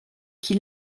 qui